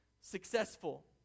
successful